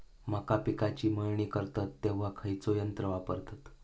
मका पिकाची मळणी करतत तेव्हा खैयचो यंत्र वापरतत?